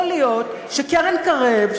יכול להיות שבקרן קרב,